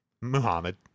Muhammad